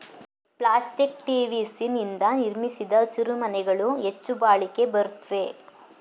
plastic TVC ನಿಂದ ನಿರ್ಮಿಸಿದ ಹಸಿರುಮನೆಗಳು ಹೆಚ್ಚು ಬಾಳಿಕೆ ಬರುತ್ವೆ